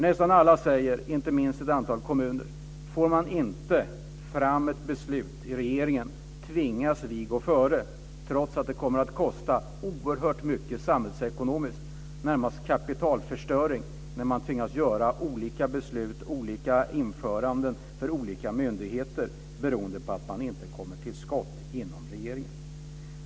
Nästan alla - inte minst ett antal kommuner - säger att de tvingas gå före om regeringen inte får fram ett beslut, trots att det kommer att kosta oerhört mycket samhällsekonomiskt - det är nästan kapitalförstöring - att man tvingas fatta olika beslut om olika införanden för olika myndigheter beroende på att regeringen inte kommer till skott.